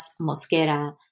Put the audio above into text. Mosquera